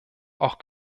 auch